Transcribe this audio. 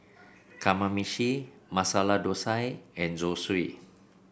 Kamameshi Masala Dosa and Zosui